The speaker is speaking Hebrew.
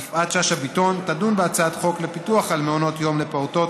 יפעת שאשא ביטון תדון בהצעת חוק הפיקוח על מעונות יום לפעוטות,